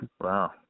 Wow